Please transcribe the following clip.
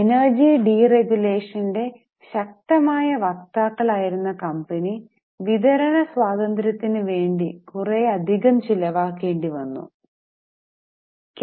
energy ഡിറെഗുലേഷന്റെ ശക്തമായ വക്താക്കൾ ആയിരുന്ന കമ്പനി വിതരണ സ്വാതന്ത്ര്യത്തിനു വേണ്ടി കുറെ അധികം ചിലവാക്കേണ്ടി വന്നിരുന്നു